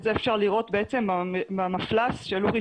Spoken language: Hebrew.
את זה אפשר לראות במפל"ש של אורי